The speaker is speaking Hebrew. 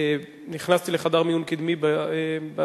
ונכנסתי לחדר מיון קדמי באפרת,